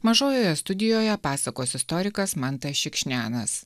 mažojoje studijoje pasakos istorikas mantas šikšnianas